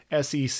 SEC